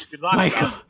Michael